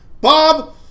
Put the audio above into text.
Bob